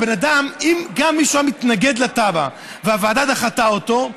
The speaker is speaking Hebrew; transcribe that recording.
גם אם מישהו היה מתנגד לתב"ע והוועדה דחתה אותו,